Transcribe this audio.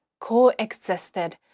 coexisted